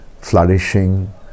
flourishing